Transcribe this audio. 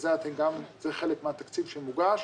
זה חלק מהתקציב שמוגש,